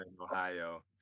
ohio